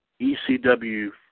ECW